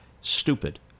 stupid